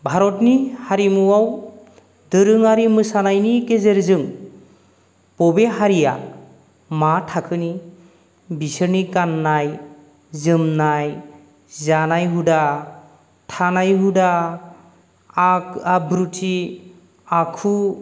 भारतनि हारिमुआव दोरोङारि मोसानायनि गेजेरजों बबे हारिया मा थाखोनि बिसोरनि गाननाय जोमनाय जानाय हुदा थानाय हुदा आब्रुथि आखु